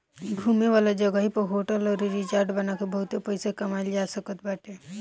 घूमे वाला जगही पअ होटल अउरी रिजार्ट बना के बहुते कमाई कईल जा सकत बाटे